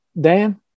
Dan